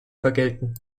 vergelten